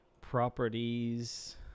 Properties